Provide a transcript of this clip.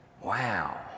wow